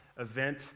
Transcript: event